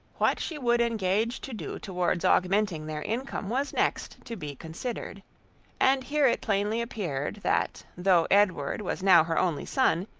what she would engage to do towards augmenting their income was next to be considered and here it plainly appeared, that though edward was now her only son,